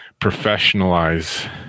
professionalize